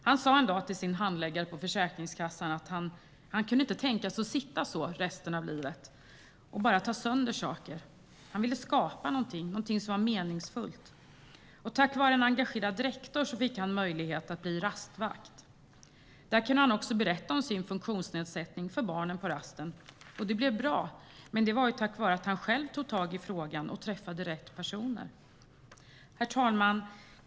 Han sa en dag till sin handläggare på Försäkringskassan att han inte kunde tänka sig att sitta resten av livet och bara ta sönder saker. Han ville skapa något som var meningsfullt. Tack vare en engagerad rektor fick han möjlighet att bli rastvakt. Där kunde han också berätta om sin funktionsnedsättning för barnen på rasten. Det blev bra, men det var tack vare att han själv tog tag i frågan och träffade rätt personer. Herr talman!